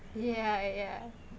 yeah yeah